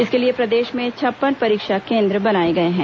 इसके लिए प्रदेश में छप्पन परीक्षा केंद्र बनाए गए हैं